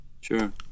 Sure